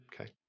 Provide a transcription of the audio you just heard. okay